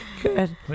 Good